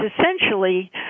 essentially